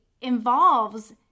involves